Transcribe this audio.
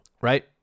right